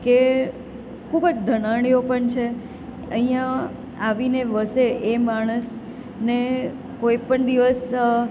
કે ખૂબ જ ધનાઢ્યો પણ છે અહીંયા આવીને વસે એ માણસને કોઈ પણ દિવસ